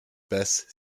best